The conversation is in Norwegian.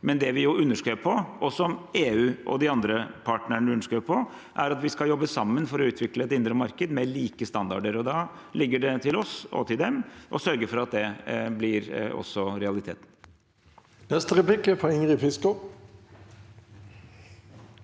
Det vi underskrev på, og som EU og de andre partnerne underskrev på, er at vi skal jobbe sammen for å utvikle et indre marked med like standarder. Da ligger det til oss og til dem å sørge for at det også blir en realitet. Ingrid Fiskaa